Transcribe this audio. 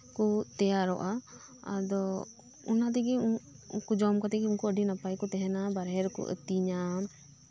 ᱠᱚ ᱛᱮᱭᱟᱨᱚᱜᱼᱟ ᱚᱱᱟ ᱛᱮᱜᱮ ᱩᱱᱠᱩ ᱡᱚᱢ ᱠᱟᱛᱮᱜ ᱜᱮ ᱟᱹᱰᱤ ᱱᱟᱯᱟᱭ ᱠᱚ ᱛᱟᱸᱦᱮᱱᱟ ᱵᱟᱦᱨᱮ ᱨᱮᱠᱚ ᱟᱹᱛᱤᱧᱟ